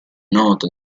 nota